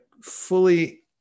fully